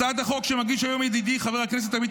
הצעת החוק שמגיש היום ידידי חבר הכנסת עמית